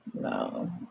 no